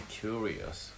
curious